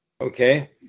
Okay